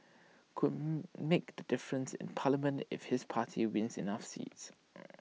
could make the difference in parliament if his party wins enough seats